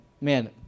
man